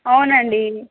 అవునండి